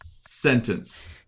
sentence